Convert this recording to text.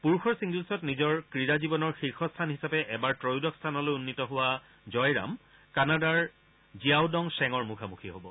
পুৰুষৰ ছিংগলছত নিজৰ ক্ৰীড়া জীৱনৰ শীৰ্ষ স্থান হিচাপে এবাৰ ত্ৰয়োদশ স্থানলৈ উন্নীত হোৱা জয়ৰাম কানাডাৰ জিয়াওডং শ্বেঙৰ মুখামুখি হ'ব